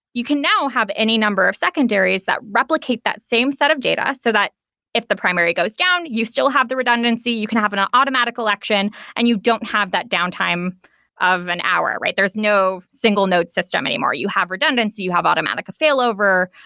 you can now have any number of secondaries that replicate that same set of data so that if the primary goes down, you still have the redundancy. you can have an automatic collection and you don't have that downtime of an hour, right? there is no single note system anymore. you have redundancy. you have automatic failover,